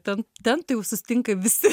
ten ten tai jau susitinka visi